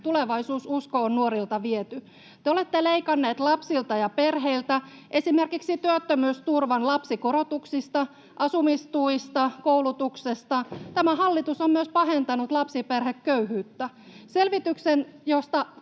tulevaisuususko on nuorilta viety. Te olette leikanneet lapsilta ja perheiltä, esimerkiksi työttömyysturvan lapsikorotuksista, asumistuista ja koulutuksesta. Tämä hallitus on myös pahentanut lapsiperheköyhyyttä. Selvityksen, josta